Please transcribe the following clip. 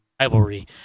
rivalry